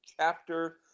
chapter